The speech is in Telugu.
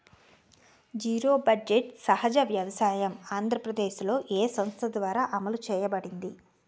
జీరో బడ్జెట్ సహజ వ్యవసాయం ఆంధ్రప్రదేశ్లో, ఏ సంస్థ ద్వారా అమలు చేయబడింది?